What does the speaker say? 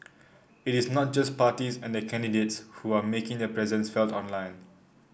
it is not just parties and candidates who are making their presence felt online